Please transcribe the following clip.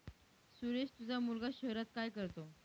सुरेश तुझा मुलगा शहरात काय करतो